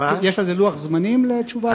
יש לוח זמנים לתשובה כזו?